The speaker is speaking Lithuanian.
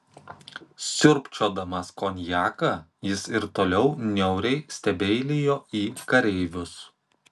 siurbčiodamas konjaką jis ir toliau niauriai stebeilijo į kareivius